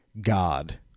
God